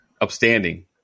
upstanding